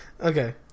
Okay